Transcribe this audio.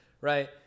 right